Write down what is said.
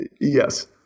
yes